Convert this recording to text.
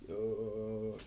err